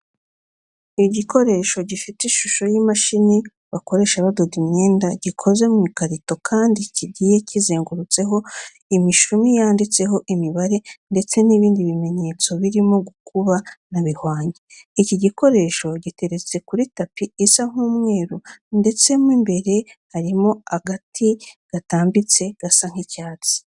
Igikoresho gifite ishusho y'imashini bakoresha badoda imyenda gikoze mu ikarito kandi kigiye kizengurukijeho imishumi yanditseho imibare ndetse n'ibindi bimenyetso birimo gukuba na bihwanye. Iki gikoresho giteretse kuri tapi isa nk'umweru ndetse mo imbere harimo agati gatambitsemo gasa nk'icyatsi.